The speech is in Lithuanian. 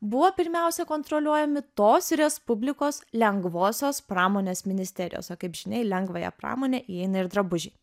buvo pirmiausia kontroliuojami tos respublikos lengvosios pramonės ministerijos o kaip žinia į lengvąją pramonę įeina ir drabužiai